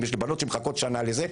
יש לי בנות שמחכות שנה לזה.